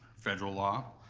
federal law,